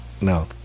No